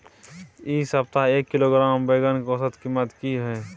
इ सप्ताह एक किलोग्राम बैंगन के औसत कीमत की हय?